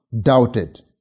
doubted